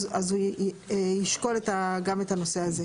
אז הוא ישקול גם את הנושא הזה.